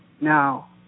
Now